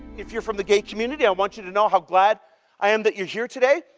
if you're from the gay community i want you to know how glad i am that you're here today.